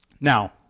Now